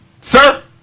sir